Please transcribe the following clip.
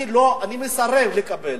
אני מסרב לקבל,